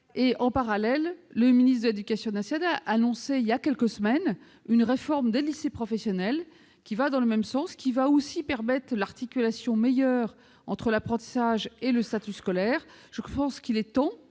En parallèle, le ministre de l'éducation nationale a annoncé, voilà quelques semaines, une réforme des lycées professionnels qui va dans le même sens. Elle permettra une meilleure articulation entre l'apprentissage et le statut scolaire. Je pense qu'il est temps,